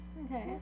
Okay